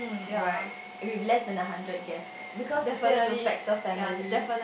right if you have a less than a hundred guests right because you still have to factor family